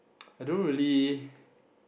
I don't really